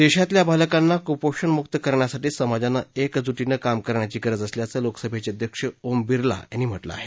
देशातील बालकांना कुपोषण मुक्त करण्यासाठी समाजानं एकजुटीनं काम करण्याची गरज असल्याचं लोकसभेचे अध्यक्ष ओम बिर्ला यांनी म्हटलं आहे